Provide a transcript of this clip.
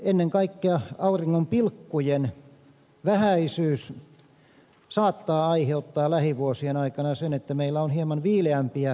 ennen kaikkea auringonpilkkujen vähäisyys saattaa aiheuttaa lähivuosien aikana sen että meillä on hieman viileämpiä kesiä